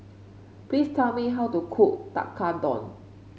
please tell me how to cook Tekkadon